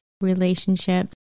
relationship